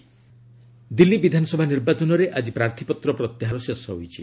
Delhi election Delhi ବିଧାନସଭା ନିର୍ବାଚନରେ ଆଜି ପ୍ରାର୍ଥୀପତ୍ର ପ୍ରତ୍ୟାହାର ଶେଷ ହୋଇଛି